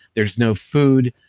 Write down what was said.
there's no food.